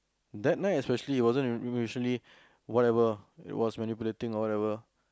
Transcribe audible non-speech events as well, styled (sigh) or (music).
that night especially wasn't (noise) emotionally whatever it was manipulating or whatever